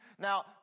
Now